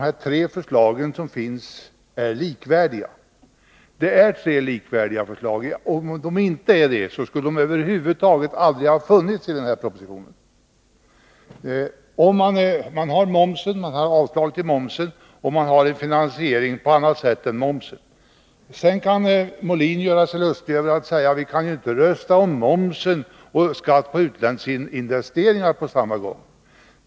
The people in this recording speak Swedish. Här är det fråga om tre likvärdiga förslag. Om de inte vore det, skulle de över huvud taget aldrig ha funnits med i propositionen. De gäller momsen, avslaget på momsen och frågan om en finansiering på annat sätt. Björn Molin kan sedan göra sig lustig och säga att vi inte kan rösta om momsen och skatt på utlandsinvesteringar på samma gång.